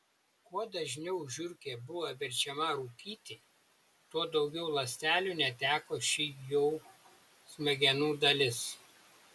kuo dažniau žiurkė buvo verčiama rūkyti tuo daugiau ląstelių neteko ši jų smegenų dalis